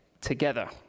together